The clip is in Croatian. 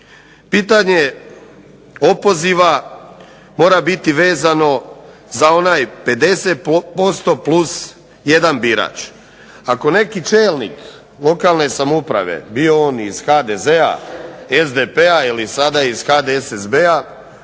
Pitanje opoziva mora biti vezano za onaj 50% plus jedan birač. Ako neki čelnik lokalne samouprave bio on iz HDZ-a, SDP-a ili sada iz HDSSB-a